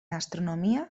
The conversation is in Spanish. astronomía